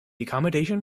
accommodation